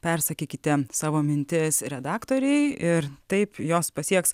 persakykite savo mintis redaktorei ir taip jos pasieks